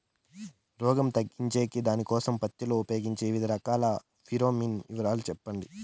రోగం తగ్గించేకి దానికోసం పత్తి లో ఉపయోగించే వివిధ రకాల ఫిరోమిన్ వివరాలు సెప్పండి